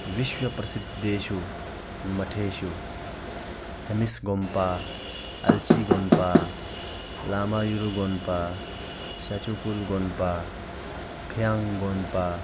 विश्वप्रसिद्धेषु मठेषु हेमिस्गोम्पा अल्चिगोन्पा लामायुरुगोम्पा शाचुकुल्गोन्पा फेयङ्गगोन्पा